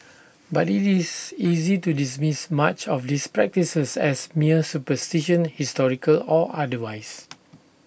but IT is easy to dismiss much of these practices as mere superstition historical or otherwise